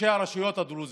ראשי הרשויות הדרוזיות,